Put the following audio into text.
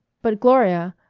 but gloria,